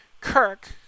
Kirk